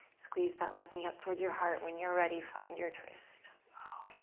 squeeze that left knee up towards your heart. when you're ready, find your twist. oh,